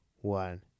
one